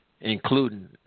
including